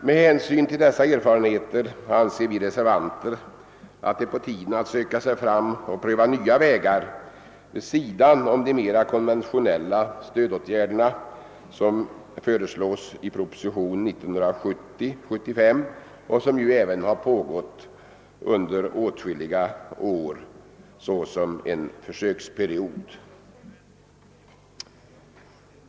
Med hänsyn till dessa erfarenheter anser vi reservanter att det är på tiden att söka sig fram och pröva nya vägar vid sidan om de mera konventionella stödåtgärder som föreslås i proposition 75 och som på försök pågått under åtskilliga år.